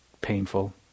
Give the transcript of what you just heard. painful